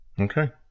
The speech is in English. Okay